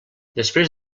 després